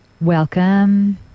Welcome